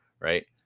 right